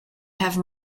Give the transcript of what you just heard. have